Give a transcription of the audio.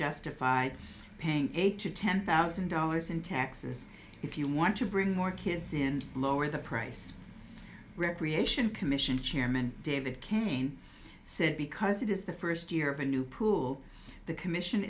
justify paying eight to ten thousand dollars in taxes if you want to bring more kids in lower the price recreation commission chairman david kane said because it is the first year of a new pool the commission